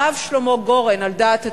הרב שלמה גורן, על דעת עצמו,